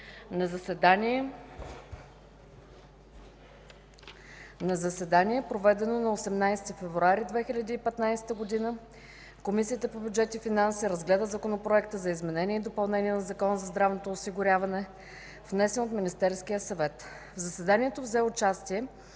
На заседание, проведено на 18 февруари 2015 г., Комисията по бюджет и финанси разгледа Законопроекта за изменение и допълнение на Закона за здравното осигуряване, внесен от Министерския съвет. В заседанието взе участие